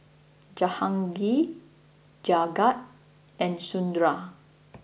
Jahangir Jagat and Sundar